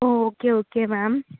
O okay okay ma'am